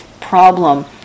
problem